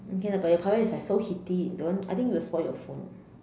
okay lah but your power is like so heaty don't I think you will spoil your phone